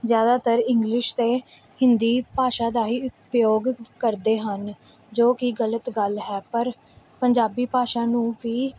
ਜ਼ਿਆਦਾਤਰ ਇੰਗਲਿਸ਼ ਅਤੇ ਹਿੰਦੀ ਭਾਸ਼ਾ ਦਾ ਹੀ ਉਪਯੋਗ ਕਰਦੇ ਹਨ ਜੋ ਕਿ ਗਲਤ ਗੱਲ ਹੈ ਪਰ ਪੰਜਾਬੀ ਭਾਸ਼ਾ ਨੂੰ ਵੀ